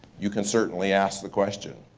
you can certainly ask the question.